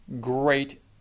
great